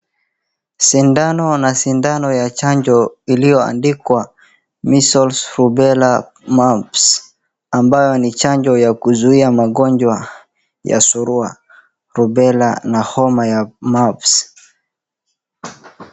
Sindano na sindano ya chanjo iliyoandikwa measles, rubella, mumps ambayo ni chanjo ya kuzuia magonjwa ya surua, rubella, na homa ya mumps .